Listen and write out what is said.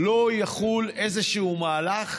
לא יחול איזשהו מהלך,